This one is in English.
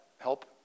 help